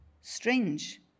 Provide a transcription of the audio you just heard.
strange